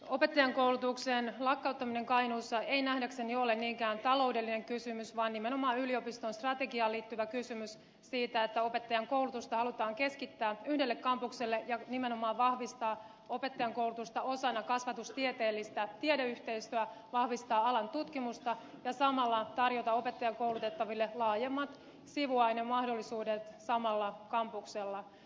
opettajankoulutuksen lakkauttaminen kainuussa ei nähdäkseni ole niinkään taloudellinen kysymys vaan nimenomaan yliopiston strategiaan liittyvä kysymys siitä että halutaan keskittää opettajankoulutusta yhdelle kampukselle ja nimenomaan vahvistaa opettajankoulutusta osana kasvatustieteellistä tiedeyhteisöä vahvistaa alan tutkimusta ja samalla tarjota opettajiksi koulutettaville laajemmat sivuainemahdollisuudet samalla kampuksella